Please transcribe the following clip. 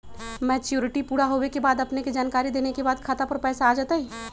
Maturity पुरा होवे के बाद अपने के जानकारी देने के बाद खाता पर पैसा आ जतई?